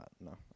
no